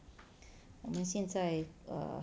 我们现在 err